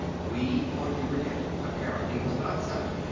we thought you were dead. apparently it was not so.